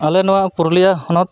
ᱟᱞᱮ ᱱᱚᱣᱟ ᱯᱩᱨᱩᱞᱤᱭᱟᱹ ᱦᱚᱱᱚᱛ